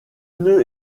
nœud